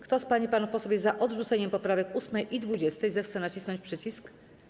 Kto z pań i panów posłów jest za odrzuceniem poprawek 8. i 20., zechce nacisnąć przycisk.